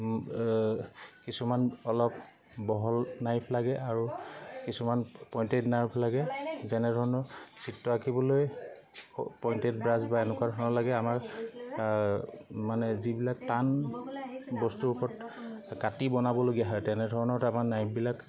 কিছুমান অলপ বহল নাইফ লাগে আৰু কিছুমান পইণ্টেড নাইফ লাগে যেনেধৰণৰ চিত্ৰ আঁকিবলৈ পইণ্টেড ব্ৰাছ বা এনেকুৱা ধৰণৰ লাগে আমাৰ মানে যিবিলাক টান বস্তুৰ ওপৰত কাটি বনাবলগীয়া হয় তেনেধৰণত আমাৰ নাইফবিলাক